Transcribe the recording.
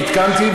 עדכנתי,